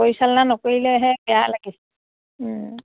পৰিচালনা নকৰিলেহে বেয়া লাগে